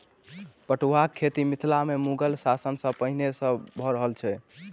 पटुआक खेती मिथिला मे मुगल शासन सॅ पहिले सॅ भ रहल छै